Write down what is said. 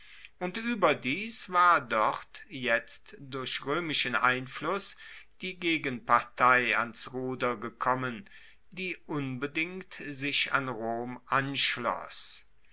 und ueberdies war dort jetzt durch roemischen einfluss die gegenpartei ans ruder gekommen die unbedingt sich an rom anschloss